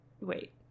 wait